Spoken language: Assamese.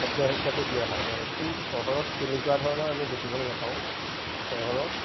খাদ্য হিচাপে ব্যৱহাৰ কৰে কিন্তু চহৰত তেনেকুৱা ধৰণৰ আমি দেখিবলৈ নাপাওঁ চহৰত